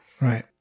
Right